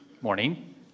Morning